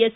S